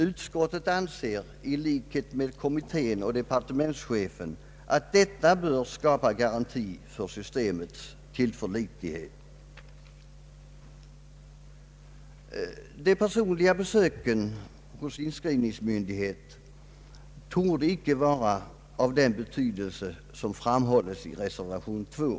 Utskottet anser i likhet med kommittén och departementschefen att detta bör skapa garanti för systemets tillförlitlighet. De personliga besöken hos inskrivningsmyndighet torde inte vara av den betydelse som framhålles i reservation II.